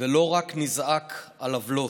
ולא רק נזעק על עוולות,